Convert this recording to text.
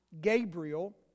Gabriel